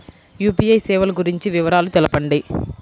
UPI సేవలు గురించి వివరాలు తెలుపండి?